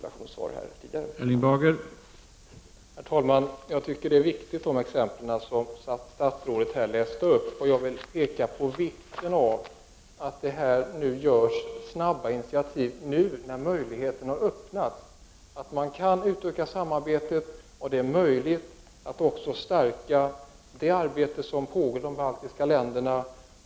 Herr talman! Det statsrådet nu läste upp är exempel på viktiga insatser. Jag vill också peka på vikten av att det snabbt tas initiativ på dessa områden nu när möjligheten har uppstått, nu när man kan utöka samarbetet och det är möjligt att också stärka det arbete som pågår i de baltiska länderna.